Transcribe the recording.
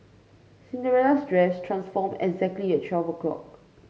Cinderella's dress transformed exactly at twelve o'clock